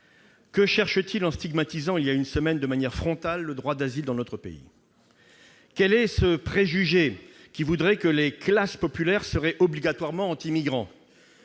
Que cherche-t-il en stigmatisant, il y a une semaine, de manière frontale, le droit d'asile dans notre pays ? Quel est ce préjugé qui voudrait que les classes populaires soient obligatoirement anti-migrants ?